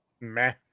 meh